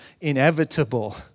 inevitable